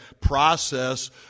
process